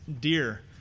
dear